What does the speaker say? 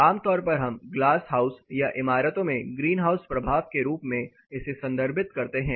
आमतौर पर हम ग्लास हाउस या इमारतों में ग्रीन हाउस प्रभाव के रूप में इसे संदर्भित करते हैं